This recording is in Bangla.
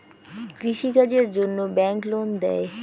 কৃষি কাজের জন্যে ব্যাংক লোন দেয়?